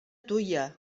tuia